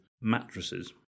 mattresses